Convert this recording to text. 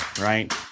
right